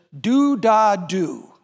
do-da-do